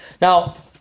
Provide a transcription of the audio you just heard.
Now